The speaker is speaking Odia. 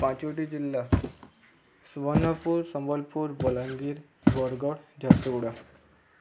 ପାଞ୍ଚୋଟି ଜିଲ୍ଲା ସୁବର୍ଣ୍ଣପୁର ସମ୍ବଲପୁର ବଲାଙ୍ଗୀର ବରଗଡ଼ ଝାରସୁଗୁଡ଼ା